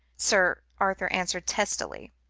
sir arthur answered testily.